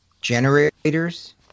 generators